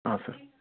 ಹಾಂ ಸರ್